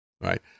right